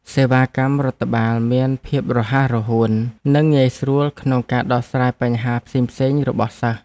សេវាកម្មរដ្ឋបាលមានភាពរហ័សរហួននិងងាយស្រួលក្នុងការដោះស្រាយបញ្ហាផ្សេងៗរបស់សិស្ស។